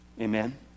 Amen